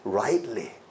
rightly